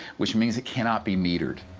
which means it cannot be metered.